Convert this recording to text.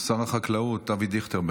שר החקלאות אבי דיכטר.